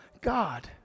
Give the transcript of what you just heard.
God